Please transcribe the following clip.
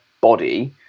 body